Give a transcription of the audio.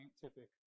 scientific